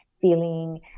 feeling